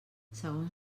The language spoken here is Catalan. segons